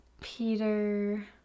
Peter